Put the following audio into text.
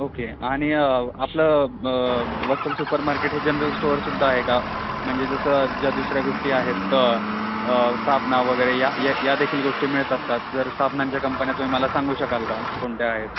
okay आणि आपलं Vatsal super market हे जनरल स्टोअरसुद्धा आहे का म्हणजे जसं ज्या दुसऱ्या गोष्टी आहेत साबण वगैरे या या या देखील गोष्टी मिळतात का जर साबणांच्या कंपन्या तुम्ही मला सांगू शकाल का कोणत्या आहेत